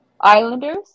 Islanders